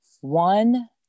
one